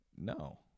No